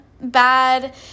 bad